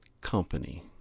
company